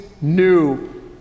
new